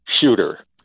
shooter